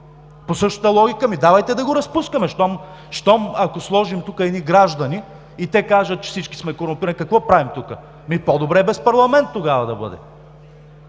По същата логика – давайте да го разпускаме щом, ако сложим тук едни граждани и те кажат, че всички сме корумпирани, какво правим тука?! По-добре тогава да бъде